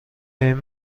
این